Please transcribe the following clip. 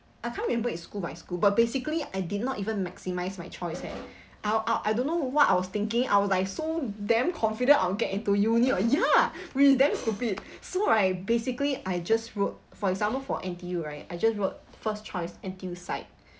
I can't remember is school by school but basically I did not even maximize my choice eh I I I don't know what I was thinking I was like so damn confident I'll get into uni oh ya we damn stupid so I basically I just wrote for example for N_T_U right I just wrote first choice N_T_U site